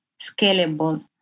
scalable